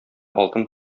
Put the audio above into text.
алтын